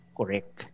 correct